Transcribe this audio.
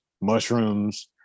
mushrooms